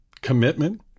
commitment